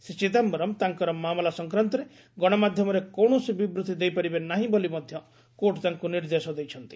ଶ୍ରୀ ଚିଦାୟରମ୍ ତାଙ୍କର ମାମଲା ସଂକ୍ରାନ୍ତରେ ଗଣମାଧ୍ୟମରେ କୌଣସି ବିବୃତ୍ତି ଦେଇପାରିବେ ନାହିଁ ବୋଲି ମଧ୍ୟ କୋର୍ଟ୍ ତାଙ୍କୁ ନିର୍ଦ୍ଦେଶ ଦେଇଛନ୍ତି